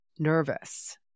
nervous